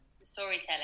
storytelling